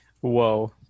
Whoa